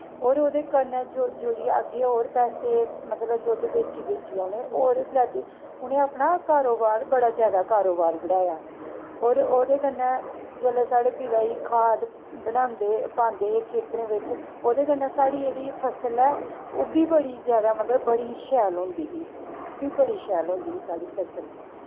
होर ओह्दे कन्नै जेह्ड़ी अग्गें जोड़ियै होर पैसे दुद्ध बेची बेचियै उ'नें होर लैती उ'नें अपना कारोबार बड़ा जादा कारोबार बढ़ाया होर ओह्दे कन्नै जेल्लै साढ़े पिता जी खाद बनांदे पांदे हे खेत्तरें बिच ओह्दे कन्नै साढ़ी जेह्ड़ी फसल ऐ ओह् बी बड़ी जादा मतलब बड़ी शैल होंदी ही ओह् बी बड़ी शैल होंदी ही साढ़ी फसल